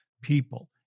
people